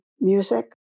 music